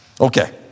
Okay